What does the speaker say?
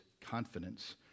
confidence